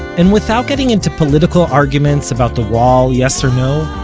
and without getting into political arguments about the wall yes or no,